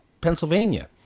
Pennsylvania